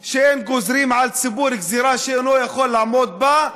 בגלל שאתם פה מחליטים.